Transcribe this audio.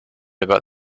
about